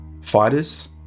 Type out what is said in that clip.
fighters